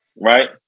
right